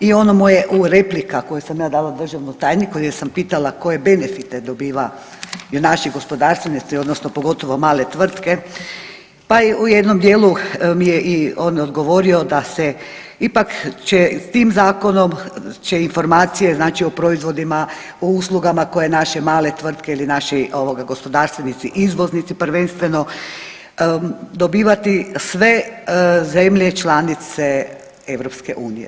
I ono moje u replika koju sam ja dala državnom tajniku jer sam pitala koje benefite dobivaju naši gospodarstvenici odnosno pogotovo male tvrtke, pa i u jednom dijelu mi je i on odgovorio da se ipak će tim zakonom će informacije znači o proizvodima, o uslugama koje naše male tvrtke ili naši ovoga gospodarstvenici izvoznici prvenstveno dobivati sve zemlje članice EU.